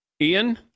Ian